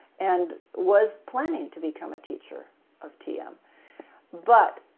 and was planning to become a teacher of tm but,